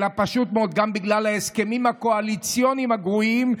אלא פשוט מאוד גם בגלל ההסכמים הקואליציוניים הגרועים,